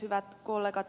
hyvät kollegat